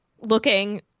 looking